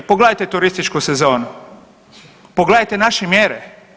Pogledajte turističku sezonu, pogledajte naše mjere.